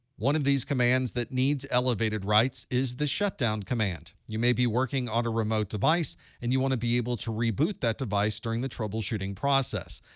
one of these commands that needs elevated rights is the shutdown command. you may be working on a remote device and you want to be able to reboot that device during the troubleshooting process.